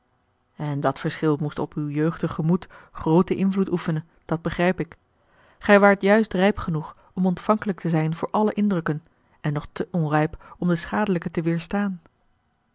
en dat verschil moest op uw jeugdig gemoed grooten invloed a l g bosboom-toussaint de delftsche wonderdokter eel dat begrijp ik gij waart juist rijp genoeg om ontvankelijk te zijn voor alle indrukken en nog te onrijp om de schadelijke te weêrstaan